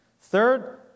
Third